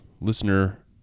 listener